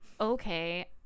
okay